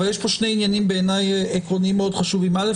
יש פה שני עניינים עקרוניים מאוד חשובים: ראשית,